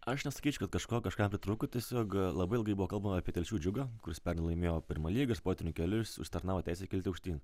aš nesakyčiau kad kažko kažkam pritrūko tiesiog labai ilgai buvo kalbama apie telšių džiugą kuris pernai laimėjo pirmą lygą sportiniu keliu ir užsitarnavo teisę kilti aukštyn